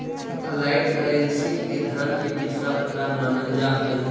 flat currency के धन के तीसरा प्रकार मानल जा हई